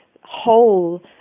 whole